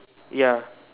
ya